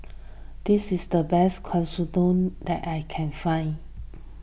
this is the best Katsudon that I can find